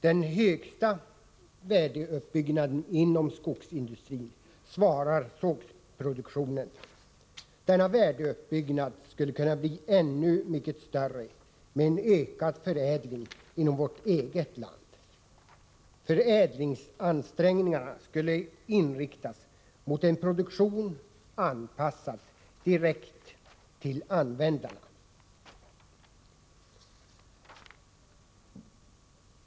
Den högsta värdeuppbyggnaden inom skogsindustrin svarar sågverksproduktionen för. Denna värdeuppbyggnad skulle kunna bli ännu mycket större med en ökad förädling inom vårt eget land. Förädlingsansträngningarna skulle inriktas mot en produktion anpassad direkt till användarna.